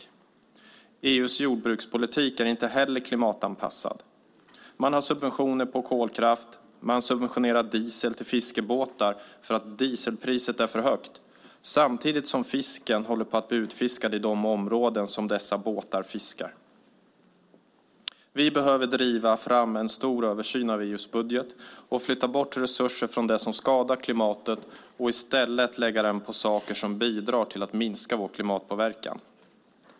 Inte heller EU:s jordbrukspolitik är klimatanpassad. Man har subventioner på kolkraft, och man subventionerar diesel till fiskebåtar därför att dieselpriset är för högt. Samtidigt håller det på att bli utfiskat i de områden där dessa båtar fiskar. Vi behöver driva fram en stor översyn av EU:s budget och flytta resurser från det som skadar klimatet till sådant som bidrar till en minskad klimatpåverkan.